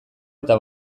eta